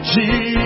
Jesus